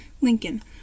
Lincoln